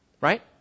right